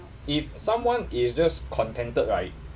if someone is just contented right